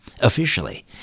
Officially